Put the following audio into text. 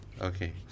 Okay